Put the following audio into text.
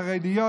חרדיות,